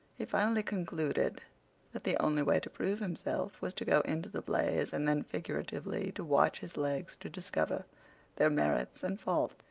he finally concluded that the only way to prove himself was to go into the blaze, and then figuratively to watch his legs to discover their merits and faults.